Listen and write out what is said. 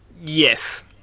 yes